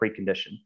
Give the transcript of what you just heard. precondition